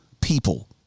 people